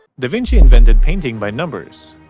da vinci invented painting by numbers.